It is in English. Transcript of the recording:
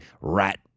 rat